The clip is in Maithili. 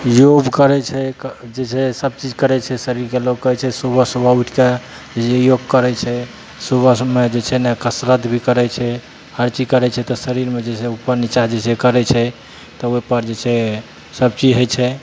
योग करै छै जे छै सबचीज करै छै शरीरके लोक कहै छै सुबह सुबह ऊठिके जे योग करै छै सुबहमे जे छै ने कसरत भी करै छै हर चीज करै छै तऽ शरीरमे जे से ऊपर निचा जे करै छै तब ओहि पर जे छै सबचीज होइ छै